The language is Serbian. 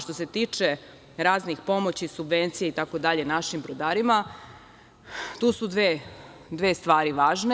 Što se tiče raznih pomoći, subvencija itd. našim brodarima tu su dve stvari važne.